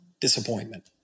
disappointment